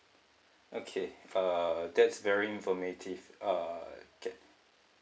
okay uh that's very informative uh